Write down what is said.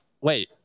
Wait